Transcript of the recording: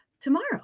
tomorrow